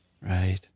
Right